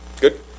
Good